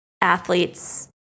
athletes